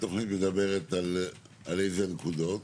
התוכנית מדברת על איזה נקודות?